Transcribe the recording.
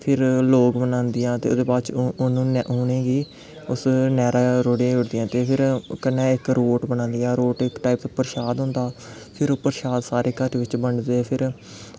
फिर लोग बनांदियां ते फिर उ'नें गी उस नैह्रा रोढ़ी ओड़दियां ते फिर कनै इक रोट बनांदियां रोट इक्क टाईप दा पर्शाद होंदा फिर ओह् पर्साद सारे घर बिच्च बंडदे फिर